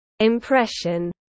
Impression